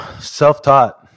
self-taught